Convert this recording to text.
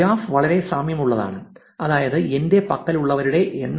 graph വളരെ സാമ്യമുള്ളതാണ് അതായത് എന്റെ പക്കലുള്ളവരുടെ എണ്ണം